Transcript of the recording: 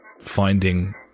finding